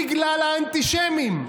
בגלל האנטישמים.